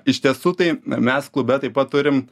iš tiesų tai mes klube taip pat turim